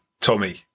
Tommy